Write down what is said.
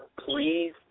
please